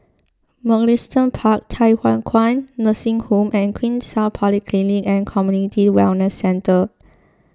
Mugliston Park Thye Hua Kwan Nursing Home and Queenstown Polyclinic and Community Wellness Centre